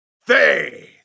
Faith